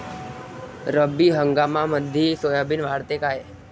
रब्बी हंगामामंदी सोयाबीन वाढते काय?